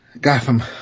Gotham